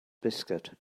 biscuit